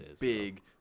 big